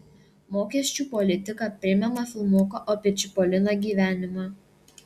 mokesčių politika primena filmuko apie čipoliną gyvenimą